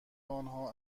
انها